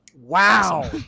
Wow